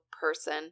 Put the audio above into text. person